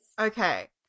Okay